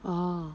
ah